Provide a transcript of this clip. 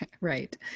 Right